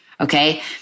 Okay